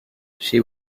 she